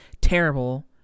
terrible